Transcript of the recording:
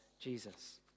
Jesus